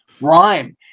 Rhyme